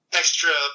extra